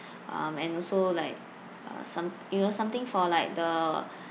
um and also like uh some~ you know something for like the